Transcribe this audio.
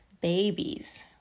babies